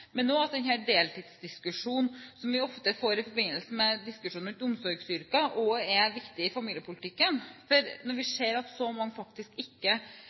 som ofte kommer opp i forbindelse med diskusjoner rundt omsorgsyrker. Dette er også viktig i familiepolitikken. Når vi ser at så mange faktisk